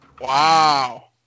Wow